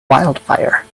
wildfire